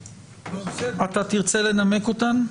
אתה תרצה לנמק אותן?